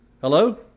Hello